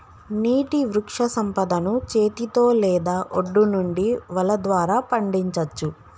నీటి వృక్షసంపదను చేతితో లేదా ఒడ్డు నుండి వల ద్వారా పండించచ్చు